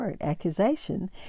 accusation